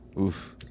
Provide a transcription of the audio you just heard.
Oof